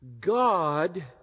God